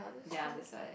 ya that's why